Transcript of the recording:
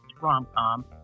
rom-com